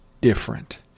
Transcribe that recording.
different